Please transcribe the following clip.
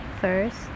First